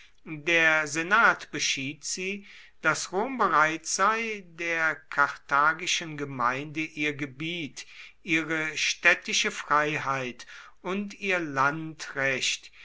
der senat beschied sie daß rom bereit sei der karthagischen gemeinde ihr gebiet ihre städtische freiheit und ihr